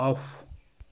off